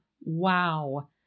wow